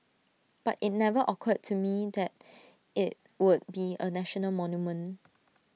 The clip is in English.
but IT never occurred to me that IT would be A national monument